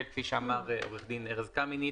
כפי שאמר עו"ד ארץ קמיניץ,